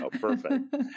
Perfect